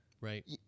Right